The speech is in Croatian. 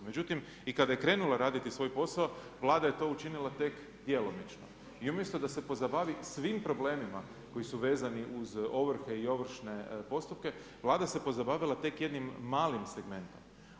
Međutim i kada je krenula raditi svoj posao Vlada je to učinila tek djelomično i umjesto da se pozabavi svim problemima koji su vezani uz ovrhe i ovršne postupke Vlada se pozabavila tek jednim malim segmentom.